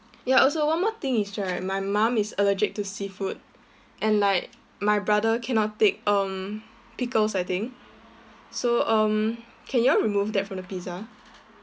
ya also one more thing is right my mum is allergic to seafood and like my brother cannot take um pickles I think so um can you all remove that from the pizza